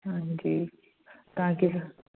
ਹਾਂਜੀ ਤਾਂ ਕਿ